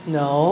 no